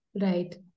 Right